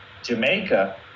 Jamaica